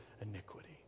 iniquity